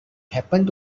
happened